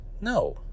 No